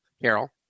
Carol